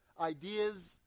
ideas